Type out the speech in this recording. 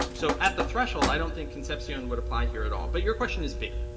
so at the threshold, i don't think concepcion would apply here at all. but your question is bigger.